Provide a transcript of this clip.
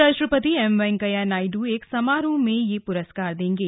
उपराष्ट्रपति एम वेंकैया नायडू एक समारोह में ये पुरस्कार देंगे